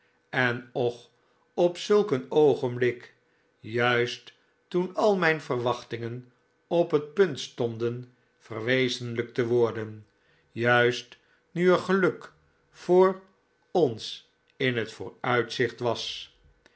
en och op zulk een oogenblik juist toen al mijn verwachtingen op het punt stonden verwezenlijkt te worden juist nu er geluk voor ons in het vooruitzicht was